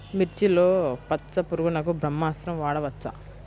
మిర్చిలో పచ్చ పురుగునకు బ్రహ్మాస్త్రం వాడవచ్చా?